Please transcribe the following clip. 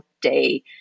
day